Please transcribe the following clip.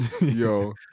Yo